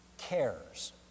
cares